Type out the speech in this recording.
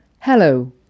Hello